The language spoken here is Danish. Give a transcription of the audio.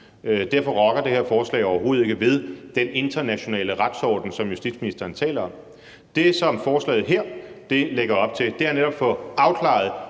Derfor rokker det her forslag overhovedet ikke ved den internationale retsorden, som justitsministeren taler om. Det, forslaget her lægger op til, er netop at få afklaret,